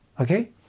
Okay